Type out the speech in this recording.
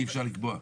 אי אפשר לקבוע.